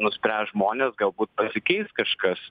nuspręs žmonės galbūt pasikeis kažkas